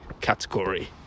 category